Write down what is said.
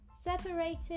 separated